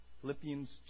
Philippians